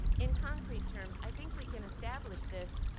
in concrete terms, i think we can establish this,